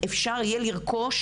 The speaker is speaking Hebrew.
אפשר יהיה לרכוש,